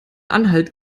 anhalt